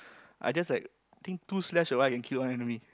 I just like I think two slash or what I can kill one enemy